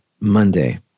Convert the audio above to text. Monday